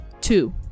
two